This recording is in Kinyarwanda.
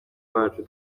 bacu